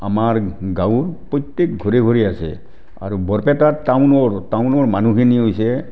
আমাৰ গাঁৱৰ প্ৰত্যেক ঘৰে ঘৰে আছে আৰু বৰপেটা টাউনৰ টাউনৰ মানুহখিনি হৈছে